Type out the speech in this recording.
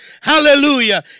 hallelujah